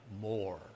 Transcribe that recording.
more